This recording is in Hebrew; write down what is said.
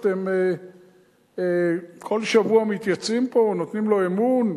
שאתם כל שבוע מתייצבים פה ונותנים בו אמון,